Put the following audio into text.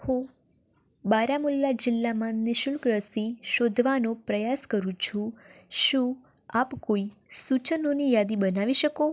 હું બારામુલ્લા જિલ્લામાં નિઃશુલ્ક રસી શોધવાનો પ્રયાસ કરું છું શું આપ કોઈ સૂચનોની યાદી બનાવી શકો